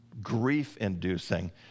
grief-inducing